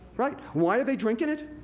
right? why are they drinking it?